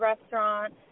restaurant